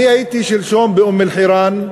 אני הייתי שלשום באום-אלחיראן,